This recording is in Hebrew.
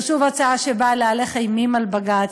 זו שוב הצעה שבאה להלך אימים על בג"ץ.